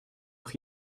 pris